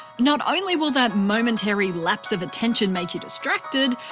not only will that momentary lapse of attention make you distracted,